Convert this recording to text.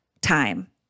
time